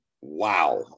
Wow